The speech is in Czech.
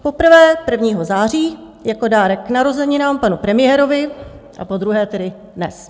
Poprvé 1. září jako dárek k narozeninám panu premiérovi a podruhé tedy dnes.